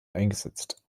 eingesetzt